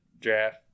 draft